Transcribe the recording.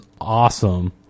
awesome